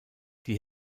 die